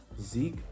Zeke